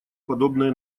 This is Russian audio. подобное